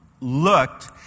looked